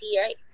right